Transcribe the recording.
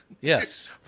Yes